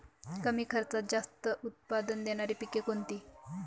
कमी खर्चात जास्त उत्पाद देणारी पिके कोणती?